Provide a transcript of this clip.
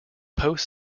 post